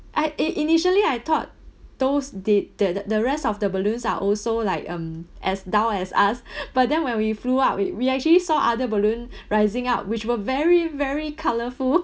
I in~ initially I thought those did the the the rest of the balloons are also like um as dull as us but then when we flew up we we actually saw other balloon rising up which were very very colourful